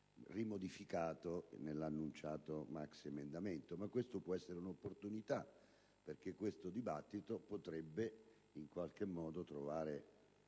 rimodificato nell'annunciato maxiemendamento. Questa però può essere un'opportunità, perché questo dibattito potrebbe, in qualche modo, trovare